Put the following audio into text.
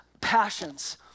passions